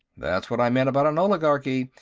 that's what i meant about an oligarchy,